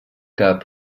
cap